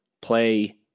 play